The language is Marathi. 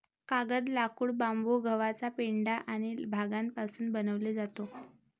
कागद, लाकूड, बांबू, गव्हाचा पेंढा आणि भांगापासून बनवले जातो